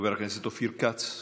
חבר הכנסת אופיר כץ,